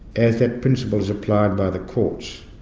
as that principle is applied by the courts.